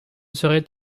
serait